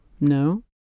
No